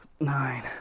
nine